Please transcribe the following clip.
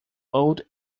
old